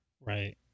Right